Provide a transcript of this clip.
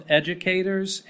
educators